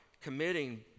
committing